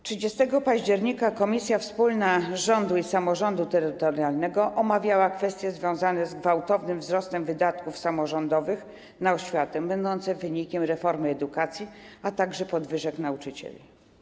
30 października Komisja Wspólna Rządu i Samorządu Terytorialnego omawiała kwestie związane z gwałtownym wzrostem wydatków samorządowych na oświatę będącym wynikiem reformy edukacji, a także podwyżek dla nauczycieli.